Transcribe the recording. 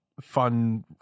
fun